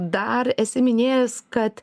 dar esi minėjęs kad